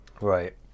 Right